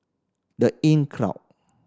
The Inncrowd